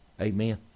Amen